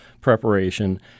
preparation